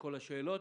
לכל השאלות.